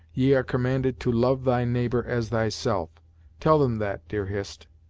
ye are commanded to love thy neighbor as thyself tell them that, dear hist.